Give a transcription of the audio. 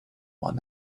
one